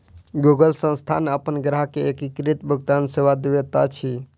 Google संस्थान अपन ग्राहक के एकीकृत भुगतान सेवा दैत अछि